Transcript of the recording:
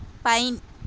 fine